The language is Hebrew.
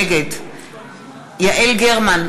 נגד יעל גרמן,